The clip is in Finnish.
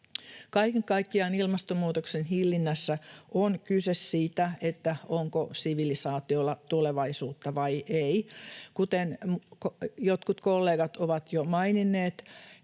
Kaiken kaikkiaan ilmastonmuutoksen hillinnässä on kyse siitä, onko sivilisaatiolla tulevaisuutta vai ei. Kuten jotkut kollegat ovat jo maininneet,